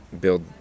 build